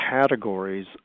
categories